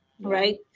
right